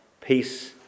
peace